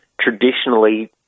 traditionally